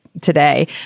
today